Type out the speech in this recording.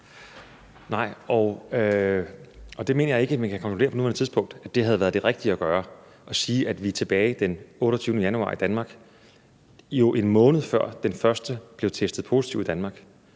Nej, og det mener jeg ikke man kan konkludere på nuværende tidspunkt havde været det rigtige at gøre. At sige, at vi tilbage den 28. januar, 1 måned før den første blev testet positiv i Danmark,